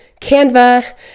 Canva